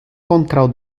kontraŭ